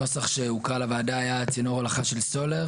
הנוסח שהוקרא לוועדה היה: "צינור הולכה של סולר",